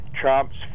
Trump's